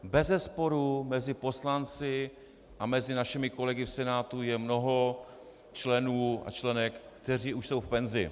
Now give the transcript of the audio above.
Bezesporu mezi poslanci a mezi našimi kolegy v Senátu je mnoho členů a členek, kteří už jsou v penzi.